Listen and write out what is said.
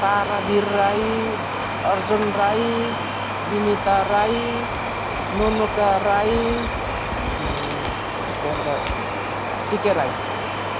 तारावीर राई अर्जुन राई बिनिता राई नुनुका राई त्यहाँबाट टिके राई